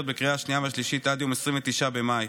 בקריאה השנייה והשלישית עד יום 29 במאי,